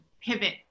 pivot